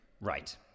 Right